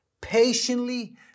patiently